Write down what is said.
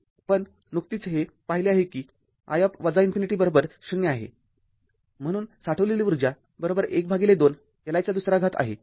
पण नुकतेच हे पाहिले आहे की i ∞० आहे म्हणून साठवलेली ऊर्जा १२ Li २ आहे